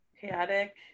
chaotic